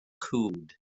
cwd